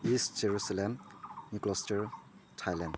ꯏꯁ Jerusalem ꯅꯤꯀ꯭ꯂꯣꯁꯇꯔ Thailand